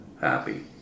happy